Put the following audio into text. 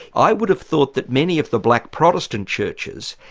i would've thought that many of the black protestant churches,